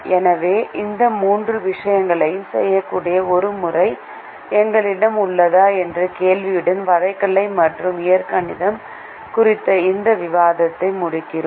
எனவே இந்த மூன்று விஷயங்களைச் செய்யக்கூடிய ஒரு முறை எங்களிடம் உள்ளதா என்ற கேள்வியுடன் வரைகலை மற்றும் இயற்கணிதம் குறித்த இந்த விவாதத்தை முடிக்கிறோம்